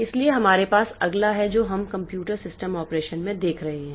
इसलिए हमारे पास अगला है जो हम कंप्यूटर सिस्टम ऑपरेशन में देख रहे हैं